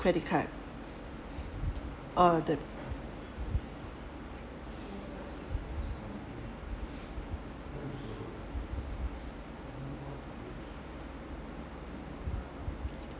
credit card oh the